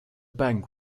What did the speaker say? bank